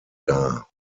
dar